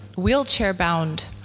wheelchair-bound